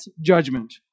judgment